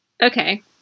Okay